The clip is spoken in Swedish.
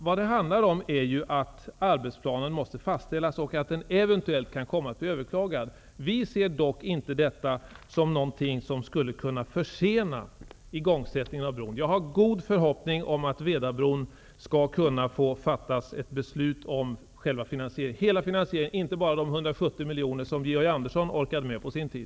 Vad det handlar om är ju att arbetsplanen måste fastställas och att den eventuellt kan komma att bli överklagad. Vi ser dock inte detta som någonting som skulle kunna försena igångsättning av brobygget. Jag har god förhoppning om att det skall kunna fattas ett beslut om Vedabron -- om hela finansieringen, inte bara de 170 miljoner som Georg Andersson orkade med på sin tid.